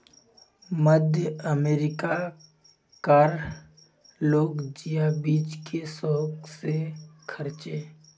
मध्य अमेरिका कार लोग जिया बीज के शौक से खार्चे